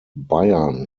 bayern